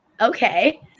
okay